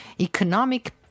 economic